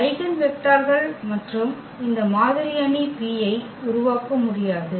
eigen வெக்டர்கள் மற்றும் இந்த மாதிரி அணி P ஐ உருவாக்க முடியாது